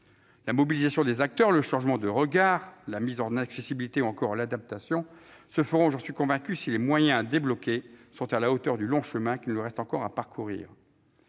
la mobilisation des acteurs, le changement de regard, la mise en accessibilité, ou encore l'adaptation se feront si les moyens débloqués sont à la hauteur du long chemin qu'il nous reste à parcourir.